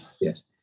Yes